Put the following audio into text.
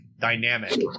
dynamic